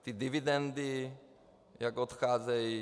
Ty dividendy jak odcházejí...